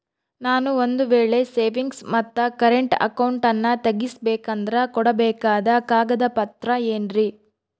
ನಾನು ಒಂದು ವೇಳೆ ಸೇವಿಂಗ್ಸ್ ಮತ್ತ ಕರೆಂಟ್ ಅಕೌಂಟನ್ನ ತೆಗಿಸಬೇಕಂದರ ಕೊಡಬೇಕಾದ ಕಾಗದ ಪತ್ರ ಏನ್ರಿ?